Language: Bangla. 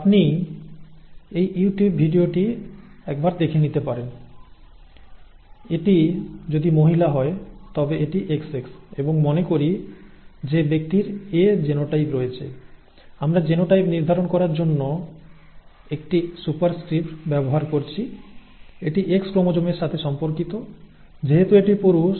আপনি এই ইউটিউব ভিডিওটি একবার দেখে নিতে পারেন এটি যদি মহিলা হয় তবে এটি XX এবং মনে করি যে ব্যক্তির A জিনোটাইপ রয়েছে আমরা জিনোটাইপ নির্ধারণ করার জন্য একটি সুপারস্ক্রিপ্ট ব্যবহার করছি এটি X ক্রোমোসোমের সাথে সম্পর্কিত